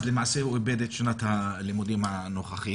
למעשה הוא איבד את שנת הלימודים הנוכחית.